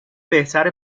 بهتره